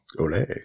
Ole